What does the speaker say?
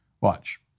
Watch